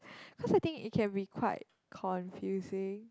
because I think it can be quite confusing